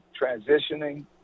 transitioning